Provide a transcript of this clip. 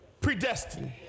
predestined